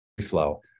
flow